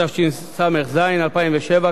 התשס"ז 2007,